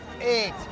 eight